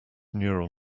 neural